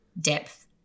depth